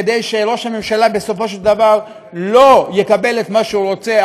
כדי שראש הממשלה בסופו של דבר לא יקבל את מה שהוא רוצה,